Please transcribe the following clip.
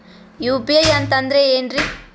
UPI ಅಂತಂದ್ರೆ ಏನ್ರೀ?